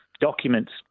documents